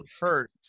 hurt